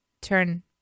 Turn